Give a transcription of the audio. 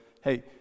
hey